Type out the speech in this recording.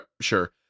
Sure